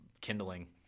kindling